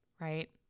right